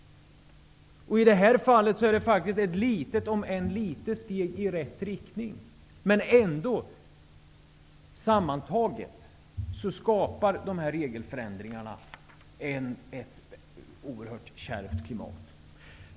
I det här fallet rör det sig faktiskt om ett i och för sig litet steg, men ett steg i rätt riktning. Sammantaget skapar ändå de här regelförändringarna ett oerhört kärvt klimat.